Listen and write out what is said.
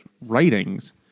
writings